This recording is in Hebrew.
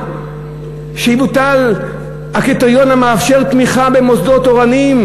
שיבוטל הקריטריון המאפשר תמיכה במוסדות תורניים